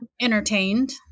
entertained